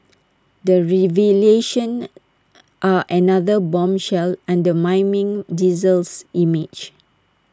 the revelations are another bombshell undermining diesel's image